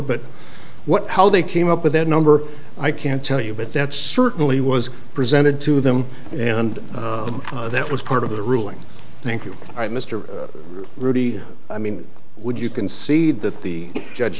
but what how they came up with that number i can't tell you but that certainly was presented to them and that was part of the ruling thank you mr ruby i mean would you concede that the judge